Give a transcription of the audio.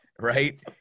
right